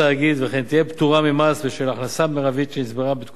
וכן תהיה פטורה ממס בשל הכנסה מריבית שנצברה בתקופת הוראת